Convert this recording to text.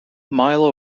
milo